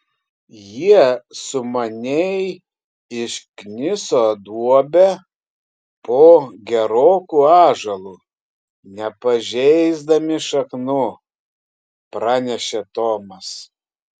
jie sumaniai iškniso duobę po geroku ąžuolu nepažeisdami šaknų pranešė tomas